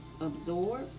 absorb